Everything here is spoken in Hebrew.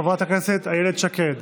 חברת הכנסת איילת שקד.